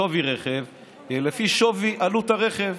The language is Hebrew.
שווי רכב, היא לפי שווי עלות הרכב.